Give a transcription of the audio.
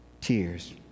tears